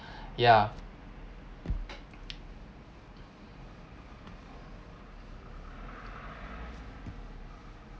yeah